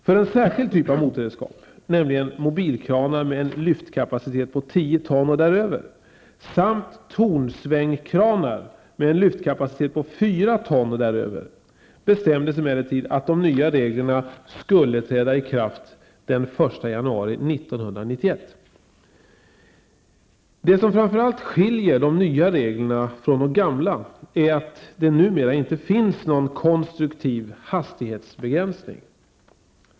För en särskild typ av motorredskap, nämligen mobilkranar med en lyftkapacitet på 10 ton och däröver samt tornsvängkranar med en lyftkapacitet på 4 ton och därutöver, bestämdes emellertid att de nya reglerna skulle träda i kraft den 1 januari 1991. Det som framför allt skiljer de nya reglerna från de gamla är att det numera inte finns någon konstruktiv hastighetsbegränsning.